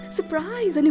Surprise